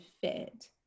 fit